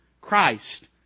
Christ